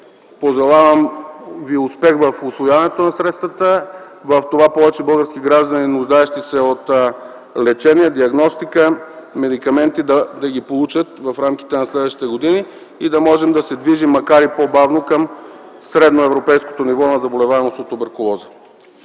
Пожелавам ви успех в усвояването на средствата. Повече български граждани, нуждаещи се от лечение, диагностика и медикаменти, да ги получат в рамките на следващите години и да можем да се движим, макар и по-бавно, към средно европейското ниво на заболеваемост от туберкулоза.